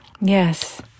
Yes